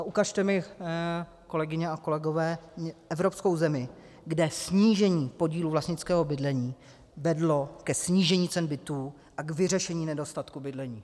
Ukažte mi, kolegyně a kolegové, evropskou zemi, kde snížení podílu vlastnického bydlení vedlo ke snížení cen bytů a k vyřešení nedostatku bydlení.